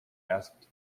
asked